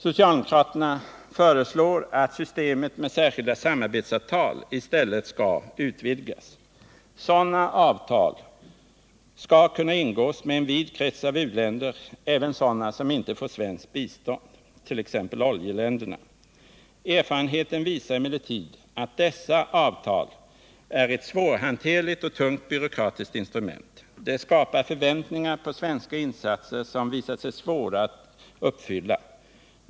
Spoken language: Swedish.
Socialdemokraterna föreslår att systemet med särskilda samarbetsavtal i stället skall utvidgas. Sådana avtal skall kunna ingås med en vid krets av uländer, även sådana som inte får svenskt bistånd, t.ex. oljeländerna. Erfarenheten visar emellertid att dessa avtal är ett svårhanterligt och tungt byråkratiskt instrument. Det skapar förväntningar på svenska insatser som visat sig svåra att uppfylla.